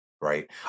Right